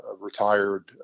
retired